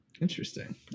Interesting